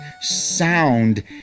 sound